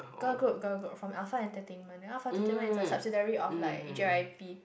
girl group girl group from alpha entertainment you know alpha entertainment is a subsidiary of like J_Y_P